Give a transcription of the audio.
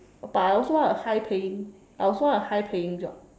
but I also want a high paying I also want a high paying job